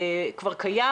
כבר קיים.